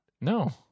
No